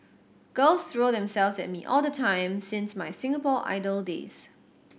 girls throw themselves at me all the time since my Singapore Idol days